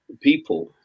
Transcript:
people